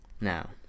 Now